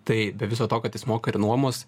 tai be viso to kad jis moka ir nuomos